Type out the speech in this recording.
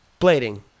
Blading